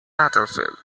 battlefield